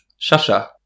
Shasha